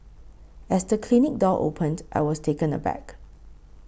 as the clinic door opened I was taken aback